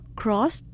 cross